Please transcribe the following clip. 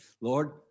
Lord